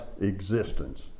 existence